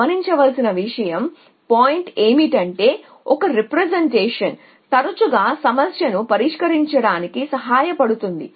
గమనించవలసిన విషయం పాయింట్ ఏమిటంటే ఒక రీప్రెజెంటేషన్ తరచుగా సమస్యను పరిష్కరించడానికి సహాయపడుతుంది